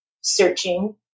searching